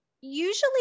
usually